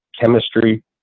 chemistry